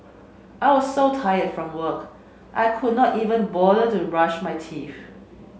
I was so tired from work I could not even bother to brush my teeth